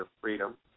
Freedom